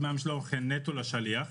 דמי המשלוח הולכים נטו לשליח.